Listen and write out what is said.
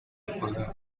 juega